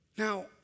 Now